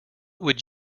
would